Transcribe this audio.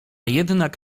jednak